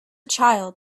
child